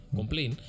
complain